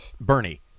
Bernie